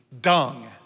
dung